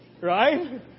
right